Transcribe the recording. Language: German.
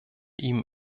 ihm